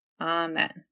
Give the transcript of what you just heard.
Amen